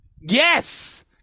Yes